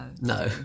No